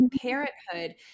parenthood